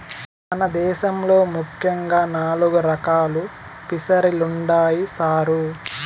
మన దేశంలో ముఖ్యంగా నాలుగు రకాలు ఫిసరీలుండాయి సారు